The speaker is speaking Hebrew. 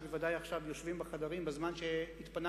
שבוודאי עכשיו יושבים בחדרים בזמן שהתפנה